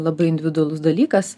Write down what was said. labai individualus dalykas